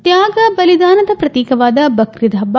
ತ್ಯಾಗ ಬಲಿದಾನದ ಪ್ರತೀಕವಾದ ಬಕ್ರೀದ್ ಹಬ್ಬ